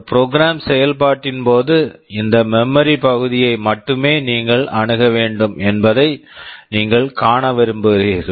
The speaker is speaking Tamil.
ஒரு ப்ரோக்ராம் program செயல்பாட்டின்போது இந்த மெமரி memory பகுதியை மட்டுமே நீங்கள் அணுக வேண்டும் என்பதை நீங்கள் காண விரும்புகிறீர்கள்